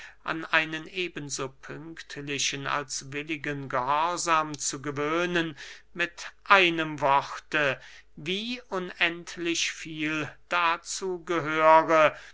an einen eben so pünktlichen als willigen gehorsam zu gewöhnen mit einem worte wie unendlich viel dazu gehöre